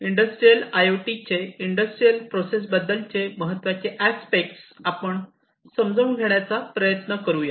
industrial I O T चे industrial process बद्दलचे महत्त्वाचे अस्पेक्ट आपण समजून घेण्याचा प्रयत्न करूया